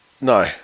No